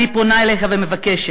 אני פונה אליך ומבקשת: